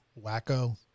wacko